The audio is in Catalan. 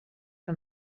que